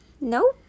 No